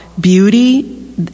beauty